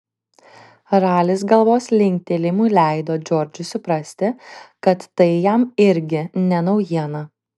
ralis galvos linktelėjimu leido džordžui suprasti kad tai jam irgi ne naujiena